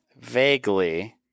vaguely